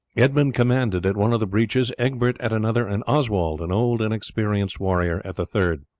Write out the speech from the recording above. edmund commanded at one of the breaches, egbert at another, and oswald, an old and experienced warrior, at the third.